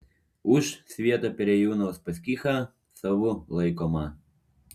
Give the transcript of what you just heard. už svieto perėjūną uspaskichą savu laikomą